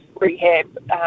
rehab